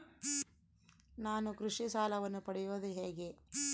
ನಾನು ಕೃಷಿ ಸಾಲವನ್ನು ಪಡೆಯೋದು ಹೇಗೆ?